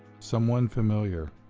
someone familiar.